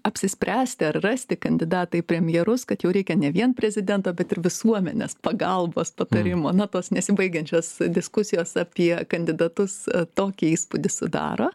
apsispręsti ar rasti kandidatą į premjerus kad jau reikia ne vien prezidento bet ir visuomenės pagalbos patarimo na tos nesibaigiančios diskusijos apie kandidatus tokį įspūdį sudaro